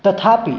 तथापि